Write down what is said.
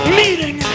meeting